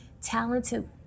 talented